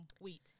wheat